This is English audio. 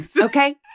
Okay